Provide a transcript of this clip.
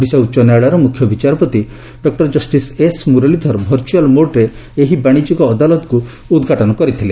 ଓଡ଼ିଶା ଉଚ ନ୍ୟାୟାଳୟର ମୁଖ୍ୟ ବିଚାରପତି ଡଜଷ୍ଟିସ୍ ଏସ୍ ମୁରଲୀଧର ଭର୍ଚୁଆଲ ମୋଡ୍ରେ ଏହି ବାଣିଜ୍ୟିକ ଅଦାଲତକୁ ଉଦ୍ଘାଟନ କରିଥିଲେ